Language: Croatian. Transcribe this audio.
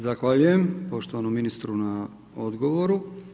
Zahvaljujem poštovanom ministru na odgovoru.